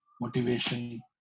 motivation